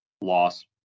Loss